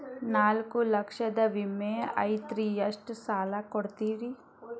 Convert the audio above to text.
ನಾಲ್ಕು ಲಕ್ಷದ ವಿಮೆ ಐತ್ರಿ ಎಷ್ಟ ಸಾಲ ಕೊಡ್ತೇರಿ?